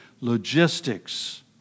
logistics